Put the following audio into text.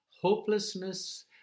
Hopelessness